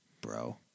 bro